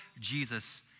Jesus